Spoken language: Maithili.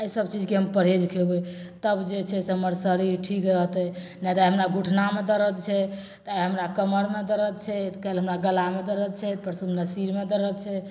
एहि सब चीजकेँ हम परहेज खेबै तब जे छै से हमर शरीर ठीक रहतै नहि तऽ आइ हमरा घुटनामे दरद छै तऽ आइ हमरा कमरमे दरद छै तऽ काल्हि हमरा गलामे दरद छै परसु हमरा सिरमे दरद छै